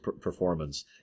performance